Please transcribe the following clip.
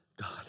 God